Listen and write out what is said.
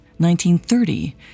1930